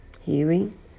hearing